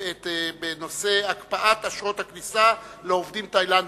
בנושא הקפאת אשרות הכניסה לישראל לעובדים תאילנדים,